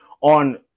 on